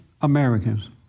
Americans